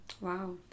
Wow